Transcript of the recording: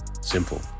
Simple